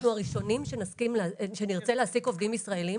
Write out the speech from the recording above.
אנחנו הראשונים שנרצה להעסיק עובדים ישראלים